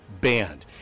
banned